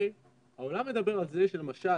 העולם מדבר על זה שלמשל,